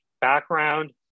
background